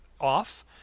off